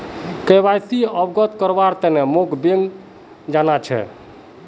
KYC अवगत करव्वार तने मोक बैंक जाना छ